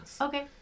Okay